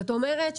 זאת אומרת,